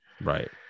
right